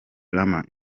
rama